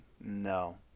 No